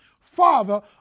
father